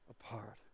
apart